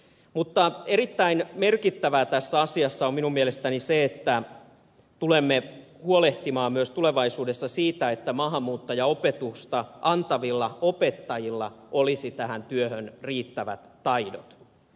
mutta erittäin merkittävää tässä asiassa on minun mielestäni se että tulemme huolehtimaan myös tulevaisuudessa siitä että maahanmuuttajaopetusta antavilla opettajilla olisi tähän työhön riittävät taidot